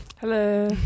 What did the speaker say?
Hello